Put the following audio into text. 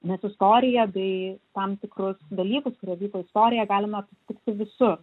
mes istoriją bei tam tikrus dalykus kurie vyko istorijoje galime aptikti visur